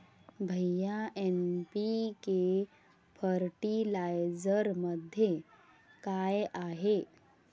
भैय्या एन.पी.के फर्टिलायझरमध्ये काय आहे?